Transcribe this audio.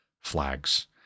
flags